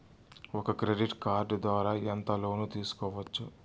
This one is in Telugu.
ఒక క్రెడిట్ కార్డు ద్వారా ఎంత లోను తీసుకోవచ్చు?